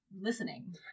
listening